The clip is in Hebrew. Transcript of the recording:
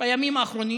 בימים האחרונים